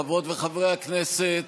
חברות וחברי הכנסת,